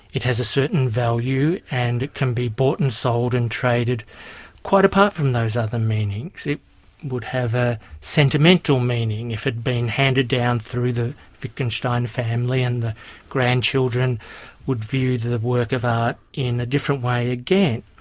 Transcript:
it has a certain value and it can be bought and sold and traded quite apart from those other meanings. it would have a sentimental meaning, if it'd been handed down through the wittgenstein family, and the grandchildren would view the work of art in a different way again.